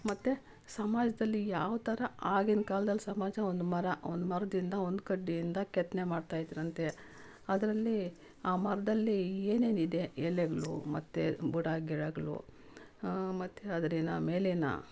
ಮತ್ತೆ ಸಮಾಜದಲ್ಲಿ ಯಾವ ಥರ ಆಗಿನ ಕಾಲ್ದಲ್ಲಿ ಸಮಾಜ ಒಂದು ಮರ ಒಂದು ಮರದಿಂದ ಒಂದು ಕಡ್ಡಿಯಿಂದ ಕೆತ್ತನೆ ಮಾಡ್ತಾಯಿದ್ದರಂತೆ ಅದರಲ್ಲಿ ಆ ಮರದಲ್ಲಿ ಏನೇನಿದೆ ಎಲೆಗಳು ಮತ್ತೆ ಬುಡಗಿಡಗಳು ಮತ್ತೆ ಅದರ ಮೇಲಿನ